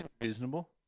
reasonable